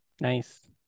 nice